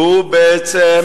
והוא בעצם,